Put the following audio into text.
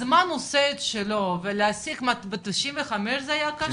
הזמן עושה את שלו ולהשיג ב-95 זה היה קשה?